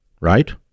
right